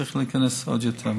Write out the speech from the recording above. צריך להיכנס עוד יותר: